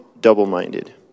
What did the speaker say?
double-minded